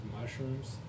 mushrooms